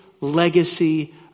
legacy